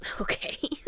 Okay